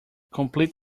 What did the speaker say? complete